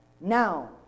Now